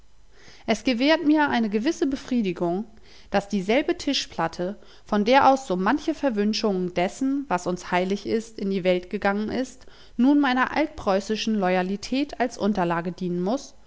es gewährt mir eine gewisse befriedigung daß dieselbe tischplatte von der aus so manche verwünschung dessen was uns heilig gilt in die welt gegangen ist nun meiner altpreußischen loyalität als unterlage dienen muß